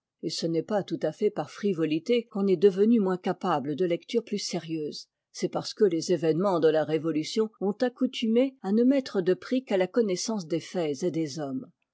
et ce n'est pas tout a fait par frivolité qu'on est devenu moins capable de lectures plus sérieuses c'est parce que les événements de la révolution ont accoutumé à ne mettre de prix qu'à la connais sance des faits et des hommes